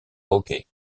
hockey